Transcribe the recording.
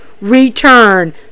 return